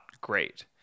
great